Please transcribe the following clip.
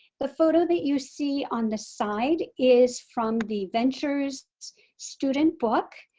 the photo that you see on the side is from the ventures student book.